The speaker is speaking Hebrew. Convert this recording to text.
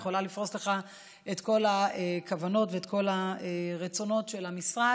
אני יכולה לפרוס לך את כל הכוונות ואת כל הרצונות של המשרד.